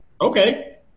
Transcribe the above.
Okay